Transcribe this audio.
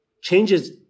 changes